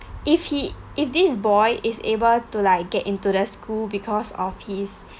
if he if this boy is able to like get into the school because of his